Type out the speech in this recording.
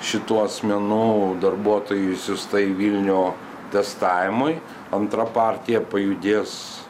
šitų asmenų darbuotojų išsiųsta į vilnių testavimui antra partija pajudės